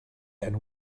and